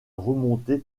remonter